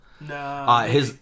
No